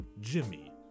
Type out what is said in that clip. Jimmy